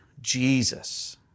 Jesus